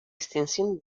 estensioni